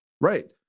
right